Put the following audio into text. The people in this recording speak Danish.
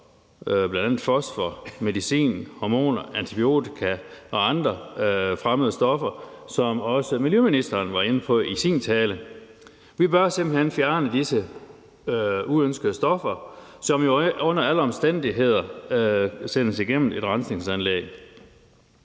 bl.a. fosfor, medicin, hormoner, antibiotika og andre fremmede stoffer, som også miljøministeren var inde på i sin tale. Vi bør simpelt hen fjerne disse uønskede stoffer, som jo under alle omstændigheder sendes igennem et rensningsanlæg.